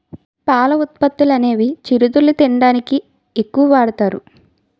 పాల ఉత్పత్తులనేవి చిరుతిళ్లు తినడానికి ఎక్కువ వాడుతారు